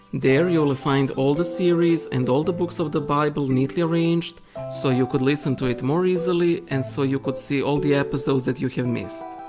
there you'll find all the series and all the books of the bible neatly arranged so you could listen to it more easily and so you could see all the episodes you have missed.